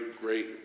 great